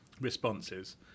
responses